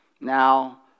Now